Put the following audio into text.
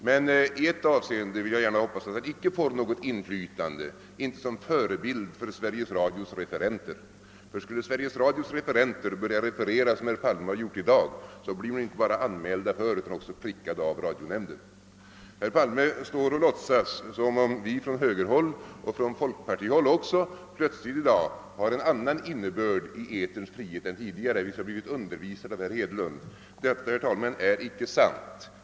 Men i ett avseende får jag hoppas att han icke får något inflytande, nämligen som förebild för Sveriges Radios referenter, ty skulle Sveriges Radios referenter börja referera som herr Palme gjort i dag blir de inte bara anmälda för utan också prickade av radionämnden. Herr Palme står och låtsas som om vi från högerhåll och också från folkpartihåll plötsligt i dag lägger en annan innebörd i begreppet frihet i etern än vi gjort tidigare. Vi skulle ha blivit undervisade av herr Hedlund. Detta, herr talman, är icke sant.